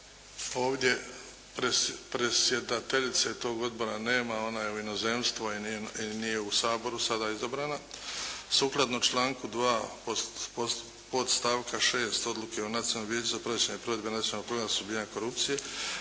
Ovdje predsjedateljice tog odbora nema, ona je u inozemstvu i nije u Saboru sada izabrana. Sukladno članku 2. podstavka 6. Odluke o Nacionalnom vijeću za praćenje provedbe Nacionalnog programa suzbijanja korupcije